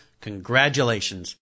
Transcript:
congratulations